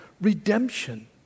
redemption